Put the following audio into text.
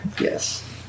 Yes